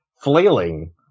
flailing